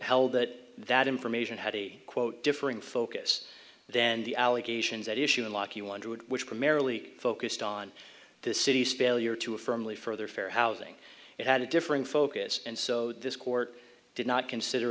held that that information had a quote differing focus then the allegations at issue and locky wondred which primarily focused on the city's failure to a firmly further fair housing it had a different focus and so this court did not consider